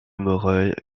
moreuil